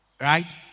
right